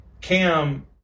cam